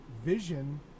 vision